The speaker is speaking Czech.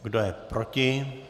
Kdo je proti?